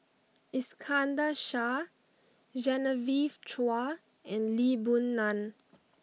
Iskandar Shah Genevieve Chua and Lee Boon Ngan